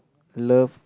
love